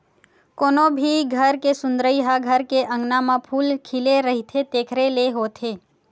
कोनो भी घर के सुंदरई ह घर के अँगना म फूल खिले रहिथे तेखरे ले होथे